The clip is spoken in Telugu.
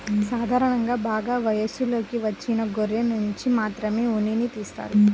సాధారణంగా బాగా వయసులోకి వచ్చిన గొర్రెనుంచి మాత్రమే ఉన్నిని తీస్తారు